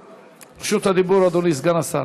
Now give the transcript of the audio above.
רשות הדיבור לאדוני סגן השר.